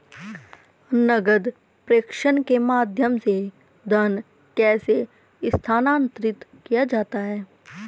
नकद प्रेषण के माध्यम से धन कैसे स्थानांतरित किया जाता है?